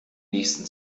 nächsten